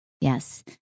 yes